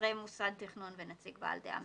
חברי מוסד תכנון ונציג ועדה מייעצת.